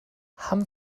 haben